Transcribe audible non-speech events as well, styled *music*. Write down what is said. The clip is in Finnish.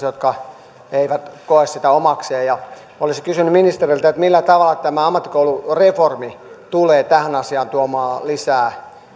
*unintelligible* jotka eivät koe sitä omakseen olisin kysynyt ministeriltä millä tavalla tämä ammattikoulureformi tulee tuomaan tähän asiaan lisää